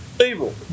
Evil